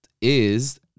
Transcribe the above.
is-